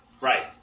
right